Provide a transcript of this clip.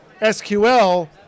SQL